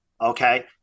Okay